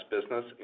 business